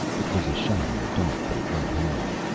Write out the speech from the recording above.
it was a shot in the dark, but it went home.